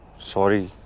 sorry.